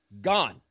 gone